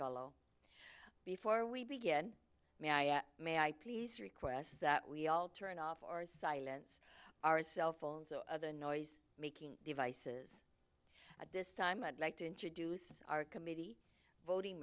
fellow before we begin may i please request that we all turn off our silence our cell phones or other noise making devices at this time i'd like to introduce our committee voting